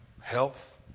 Health